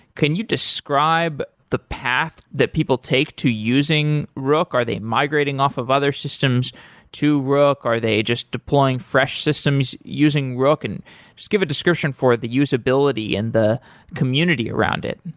can you describe the path that people take to using rook? are they migrating off of other systems to rook? are they just deploying fresh systems using rook? and just give a description for the usability and the community around it.